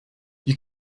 you